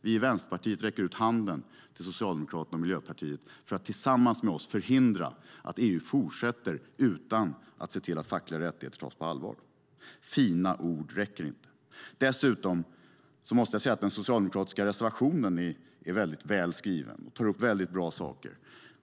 Vi i Vänsterpartiet räcker ut handen till Socialdemokraterna och Miljöpartiet för att tillsammans med oss förhindra att EU fortsätter utan att se till att fackliga rättigheter tas på allvar. Fina ord räcker inte! Dessutom måste jag säga: Den socialdemokratiska reservationen är mycket välskriven och tar upp bra saker.